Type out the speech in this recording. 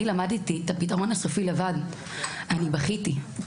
אני למדתי את הפתרון הסופי לבד, אני בכיתי.